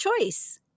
choice